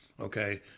okay